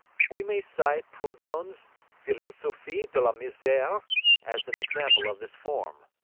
we may cite proudhon's philosophie de la misere as an example of this form.